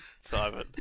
Simon